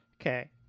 Okay